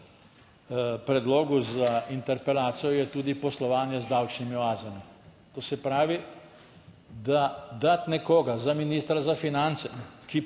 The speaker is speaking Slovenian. predlogu za interpelacijo je tudi poslovanje z davčnimi oazami. To se pravi, da dati nekoga za ministra za finance, ki